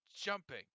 jumping